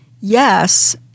yes